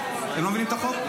כי הם לא מבינים את החוק.